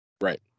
Right